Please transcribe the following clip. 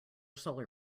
solar